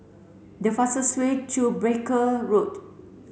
the fastest way to Barker Road